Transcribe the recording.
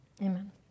Amen